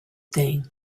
thing